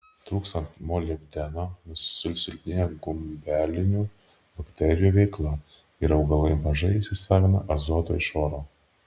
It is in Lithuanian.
trūkstant molibdeno susilpnėja gumbelinių bakterijų veikla ir augalai mažai įsisavina azoto iš oro